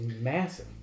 massive